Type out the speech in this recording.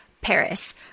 Paris